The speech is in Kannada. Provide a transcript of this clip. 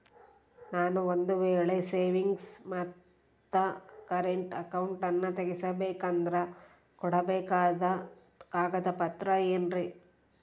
ನಾನು ಒಂದು ವೇಳೆ ಸೇವಿಂಗ್ಸ್ ಮತ್ತ ಕರೆಂಟ್ ಅಕೌಂಟನ್ನ ತೆಗಿಸಬೇಕಂದರ ಕೊಡಬೇಕಾದ ಕಾಗದ ಪತ್ರ ಏನ್ರಿ?